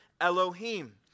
Elohim